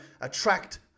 attract